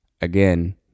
again